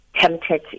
tempted